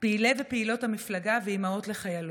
פעילי ופעילות המפלגה ואימהות לחיילות.